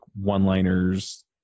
one-liners